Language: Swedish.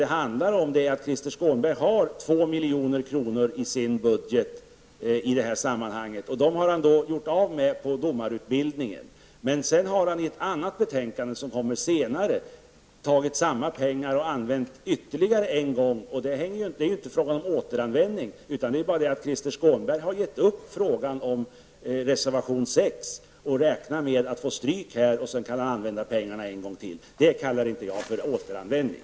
Det handlar om att Krister Skånberg har 2 milj.kr. för detta ändamål i sin budget. Dem har han gjort av med på domarutbildningen. I ett senare betänkande tar han samma pengar och använder dem ytterligare en gång. Krister Skånberg har gett upp reservation 6 och räknar med att få stryk där och då kan han använda pengarna en gång till. Det kallar inte jag för återanvändning.